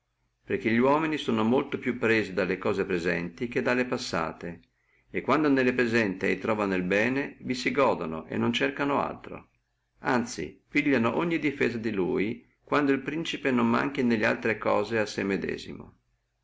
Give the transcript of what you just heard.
perché li uomini sono molto più presi dalle cose presenti che dalle passate e quando nelle presenti truovono il bene vi si godono e non cercano altro anzi piglieranno ogni difesa per lui quando non manchi nellaltre cose a sé medesimo